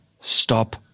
stop